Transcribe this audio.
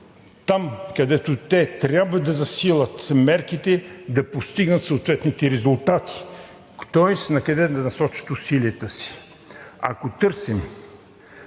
къде трябва да засилят мерките, за да постигнат съответните резултати, тоест накъде да насочат усилията си. Ако търсим